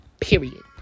period